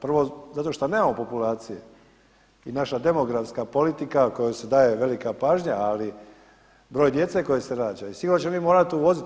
Prvo zato što nemamo populacije i naša demografska politika kojoj se daje velika pažnja, ali broj djece koji se rađa i sigurno ćemo mi morati uvoziti.